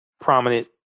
prominent